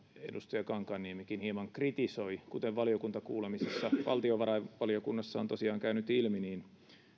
edustaja kankaanniemikin hieman kritisoi kuten valiokuntakuulemisissa valtiovarainvaliokunnassa on tosiaan käynyt ilmi